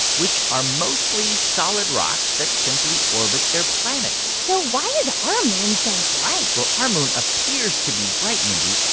which are mostly solid rocks that simply orbit their planets so why is our moon so bright? well, our moon appears to be bright, mindy,